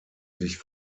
sich